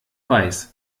weiß